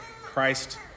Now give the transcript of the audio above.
Christ